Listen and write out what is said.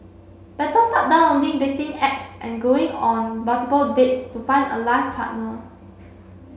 better start downloading dating apps and going on multiple dates to find a life partner